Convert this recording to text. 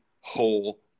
whole